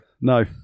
No